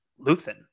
Luthen